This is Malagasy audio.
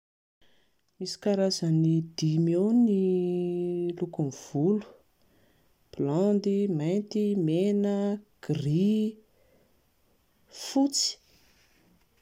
Misy karazany dimy eo ny lokon'ny volo: blonde, mainty, mena, gris, fotsy